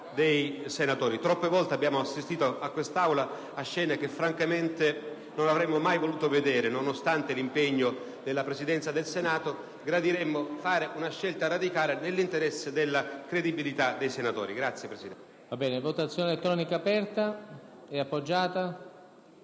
dei senatori. Troppe volte abbiamo assistito in quest'Aula a scene che francamente non avremmo mai voluto vedere, nonostante l'impegno della Presidenza del Senato. Gradiremmo fare una scelta radicale nell'interesse della credibilità dei senatori.